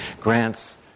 grants